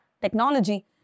technology